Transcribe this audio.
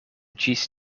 ĝis